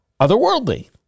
otherworldly